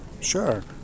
Sure